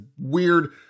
weird